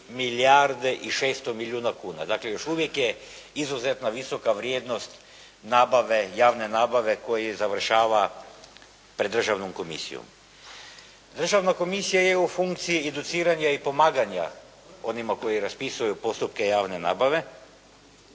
milijarde i 600 milijuna kuna. Dakle, još uvijek je izuzetna visoka vrijednost nabave, javne nabave koji završava pred Državnom komisijom. Državna komisija je u funkciji educiranja i pomaganja onima koji raspisuju postupke javne nabave,